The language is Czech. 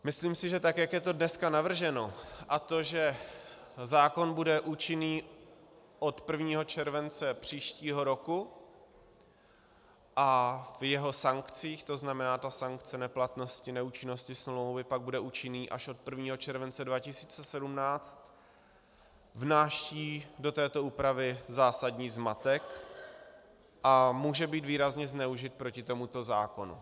Myslím si, že tak jak je to dneska navrženo, a to, že zákon bude účinný od 1. července příštího roku a v jeho sankcích, to znamená sankce neplatnosti, neúčinnosti smlouvy pak bude účinná až od 1. července 2017, vnáší do této úpravy zásadní zmatek a může být výrazně zneužit proti tomuto zákonu.